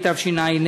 התשע"ה 2015,